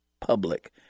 public